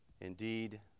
Indeed